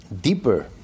deeper